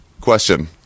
question